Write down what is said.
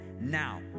now